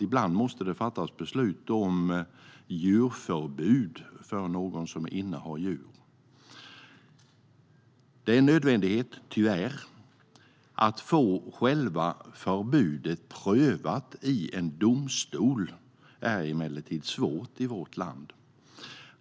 Ibland måste det fattas beslut om djurförbud för någon som innehar djur. Det är tyvärr en nödvändighet. Att få själva förbudet prövat i en domstol är emellertid svårt i vårt land.